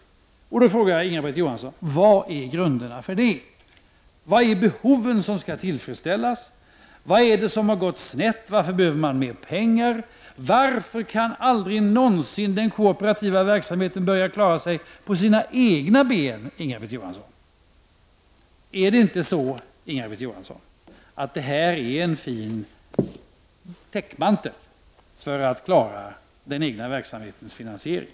Jag frågar då Inga-Britt Johansson vad grunden är för det. Vilka är behoven som skall tillfredsställas? Vad är det som har gått snett? Varför behöver man mer pengar? Varför kan aldrig någonsin den kooperativa verksamheten klara sig på sina egna ben, Inga-Britt Johansson? Är det inte så att detta är en fin täckmantel för att klara den egna verksamhetens finansiering?